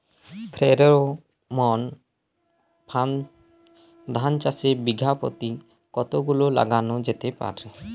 Pheromone ফাঁদ ধান চাষে বিঘা পতি কতগুলো লাগানো যেতে পারে?